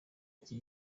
iki